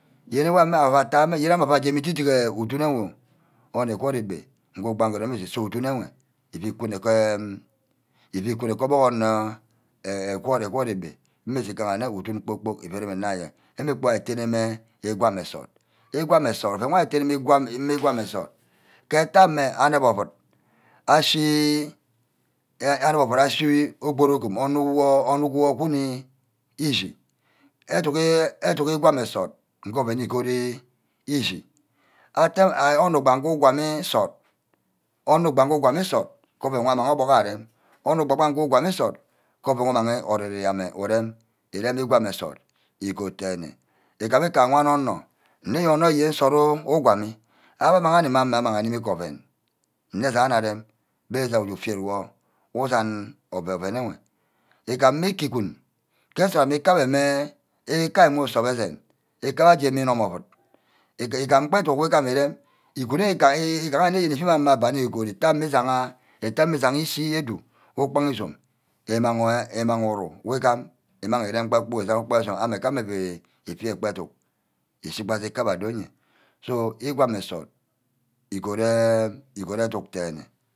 Yene awor ava atte me-ame. awor mma ajeme udi-dighi udun enwe. onor egwort egbe oven wor ugbaha urem ushini so udun wey ewe ífu íkunor ke orbuck onor eh eh egwort egbe. mmusu igaha nne udun kpor-kpork ifu uurem ke ayen onor kpor-kpork atene mme ke igwam n̄sort. igwam nsort oven wor akera wey ígwam nsort mme îgwam nsort ke ntack mme aneb ovud ashi ke aneb ouud ashi ke ogborogum onor wor. ornuck wor bíní echi educk éé. educk îgwan nsort nge oven igoat eshi atte. onor ugbaga ugwami ke nsort. onor ugbage ugwami nsort nge oven wor amang obuck ayo arem. onor ugbage ugwam nsort ke oven umage orí-ori ama urem nni rem ìgwam nsort igoat dene. igam nge aye onor-onor nne yene onor wor ke nsort ugwamí awor amang mme ame animi ke oven nne je ava arem but evia ufu faít uwor usan oven oven enwe ígam-mme ke îgune ke nsort ame íka ame-mme ire ka mme usor mme esene kuba abbe aje înom ouade. igam gbe educk wor igam îrem. igune wor igaha. imagma educk egod-god itamin ijeha ishi edu ke ukpaha îzome ímagha uru wegam ímag urem gba kpor-kpork ashibe ame ufu kpe educk ushi gba kube aba adorye so igwam nsort. igoat enh. igoat educk dene